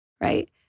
Right